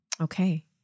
Okay